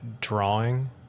drawing